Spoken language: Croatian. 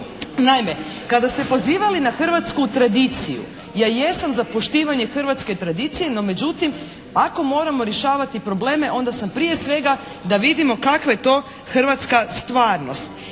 Naime kada ste pozivali na hrvatsku tradiciju. Ja jesam za poštivanje hrvatske tradicije no međutim ako moramo rješavati probleme onda sam prije svega da vidimo kakva je to hrvatska stvarnost?